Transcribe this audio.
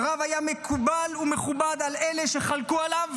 "הרב היה מקובל ומכובד על אלה שחלקו עליו,